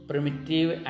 Primitive